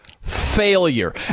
failure